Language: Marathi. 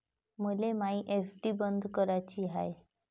मले मायी एफ.डी बंद कराची हाय